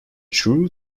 true